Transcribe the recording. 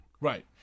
Right